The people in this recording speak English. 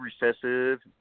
recessive